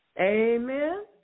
Amen